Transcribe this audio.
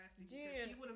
Dude